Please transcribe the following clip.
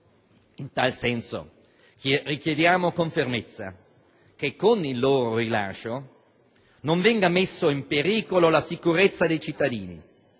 In tal senso, richiediamo con fermezza che, con il loro rilascio, non venga messa in pericolo la sicurezza dei cittadini;